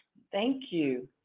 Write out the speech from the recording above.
thank you.